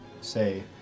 say